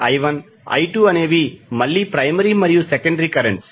I1 I2 అనేవి మళ్ళీ primary మరియు సెకండరీ కరెంట్స్